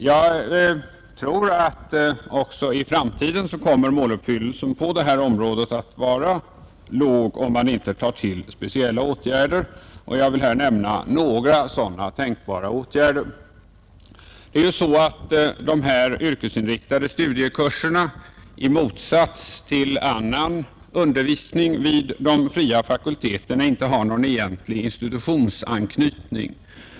Jag tror att också i framtiden måluppfyllelsen på detta område kommer att vara låg, om vi inte vidtar speciella åtgärder. Jag vill nämna några tänkbara sådana åtgärder. Dessa yrkesinriktade studiekurser har, i motsats till annan undervisning vid de fria fakulteterna, inte någon egentlig institutionsanknytning.